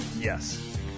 Yes